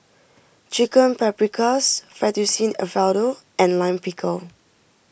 Chicken Paprikas Fettuccine Alfredo and Lime Pickle